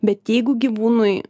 bet jeigu gyvūnui